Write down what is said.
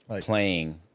playing